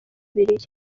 bibiliya